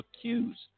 accused